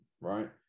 right